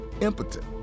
impotent